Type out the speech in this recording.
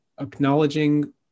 acknowledging